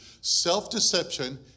Self-deception